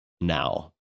now